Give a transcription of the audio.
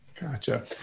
Gotcha